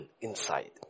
inside